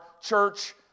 church